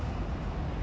err